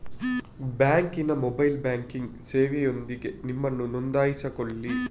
ಬ್ಯಾಂಕಿನ mobile banking ಸೇವೆಯೊಂದಿಗೆ ನಿಮ್ಮನ್ನು ನೋಂದಾಯಿಸಿಕೊಳ್ಳಿ